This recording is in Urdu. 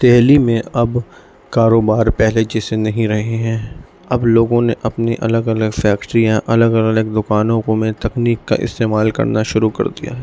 دہلی میں اب کاروبار پہلے جیسے نہیں رہے ہیں اب لوگوں نے اپنی الگ الگ فیکٹریاں الگ الگ دکانوں کو میں تکنیک کا استعمال کرنا شروع کر دیا ہے